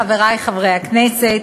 חברי חברי הכנסת,